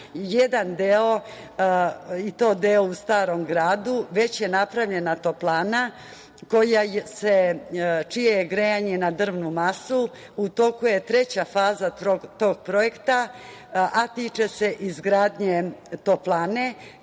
jedan deo i to deo u Starom gradu već je napravljena toplana čije je grejanje na drvnu masu. U toku je treća faza tog projekta, a tiče se izgradnje toplane,